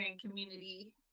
community